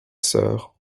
sœurs